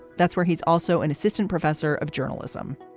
that's where he's also an assistant professor of journalism